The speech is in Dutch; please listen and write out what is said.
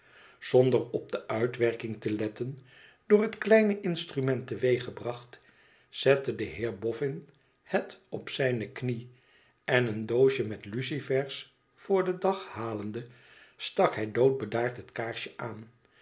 zonder op de uitwerking te letten door het kleine instrument teweeg gebracht zette de heer boffin het op zijne knie en een doosje met lucifers voor den dag halende stak hij doodbedaard het kaarsje aan